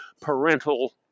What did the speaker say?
parental